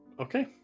Okay